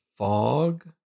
Fog